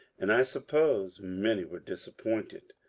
and i suppose many were disappointed.